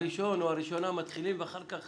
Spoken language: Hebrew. הראשון או הראשונה מתחילים ואחר כך